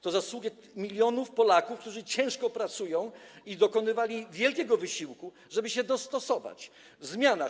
To zasługa milionów Polaków, którzy ciężko pracują, którzy dokonywali wielkiego wysiłku, żeby się dostosować do zmian.